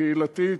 קהילתית,